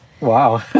Wow